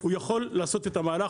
הוא יכול לעשות את המהלך,